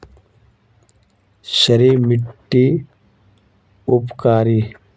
क्षारी मिट्टी उपकारी?